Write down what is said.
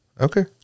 Okay